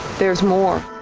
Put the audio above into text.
there's more.